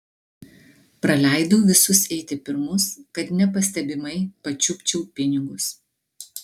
praleidau visus eiti pirmus kad nepastebimai pačiupčiau pinigus